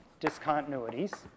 discontinuities